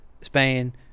Spain